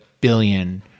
billion